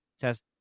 test